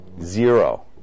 zero